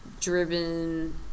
driven